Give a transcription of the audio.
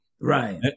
Right